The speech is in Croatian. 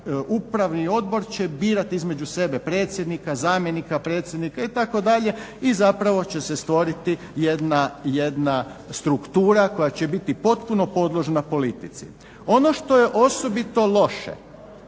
upravni odbor će birati između sebe predsjednika, zamjenika predsjednika itd., i zapravo će se stvoriti jedna struktura koja će biti potpuno podložna politici. Ono što je osobito loše,